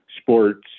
sports